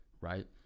Right